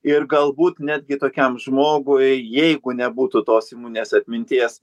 ir galbūt netgi tokiam žmogui jeigu nebūtų tos imuninės atminties